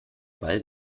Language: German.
ball